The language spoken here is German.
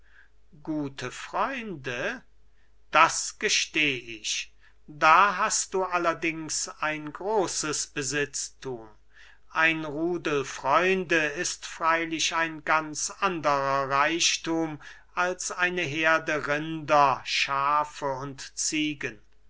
gute freunde das gesteh ich da hast du allerdings ein großes besitzthum ein rudel freunde ist freylich ein ganz andrer reichthum als eine herde rinder schafe und ziegen